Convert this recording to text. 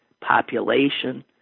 population